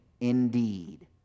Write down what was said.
indeed